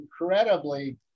incredibly